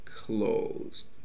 closed